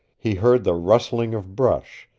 he heard the rustling of brush,